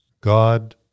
God